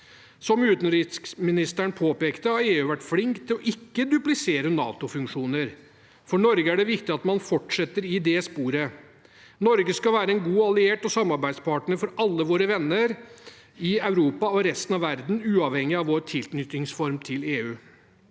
Som utenriksministeren påpekte, har EU vært flink til ikke å duplisere NATO-funksjoner. For Norge er det viktig at man fortsetter i det sporet. Norge skal være en god alliert og samarbeidspartner for alle våre venner i Europa og resten av verden, uavhengig av vår tilknytningsform til EU.